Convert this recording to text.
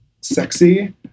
sexy